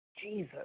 Jesus